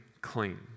clean